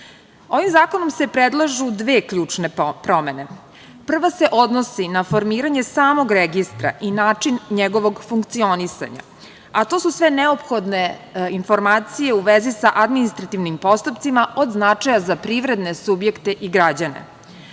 zakonom se predlažu dve ključne promene. Prva se odnosi na formiranje samog registra i način njegovog funkcionisanja, a to su sve neophodne informacije u vezi sa administrativnim postupcima od značaja za privredne subjekte i građane.